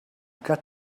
got